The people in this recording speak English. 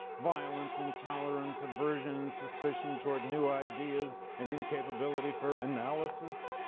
violence, intolerance, aversion, suspicion toward new ideas, an incapability for analysis,